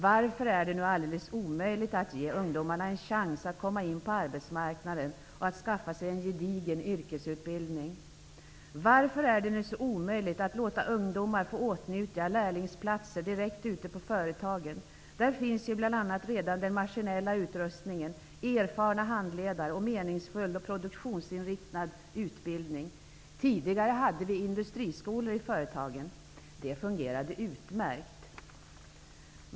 Varför är det alldeles omöjligt att ge ungdomarna en chans att komma in på arbetsmarknaden och att skaffa sig en gedigen yrkesutbildning? Varför är det så omöjligt att låta ungdomar få åtnjuta lärlingsplatser direkt ute på företagen? Där finns ju redan den maskinella utrustningen, erfarna handledare och meningsfull och produktionsinriktad utbildning. Det fanns tidigare industriskolor i företagen. Det fungerade utmärkt.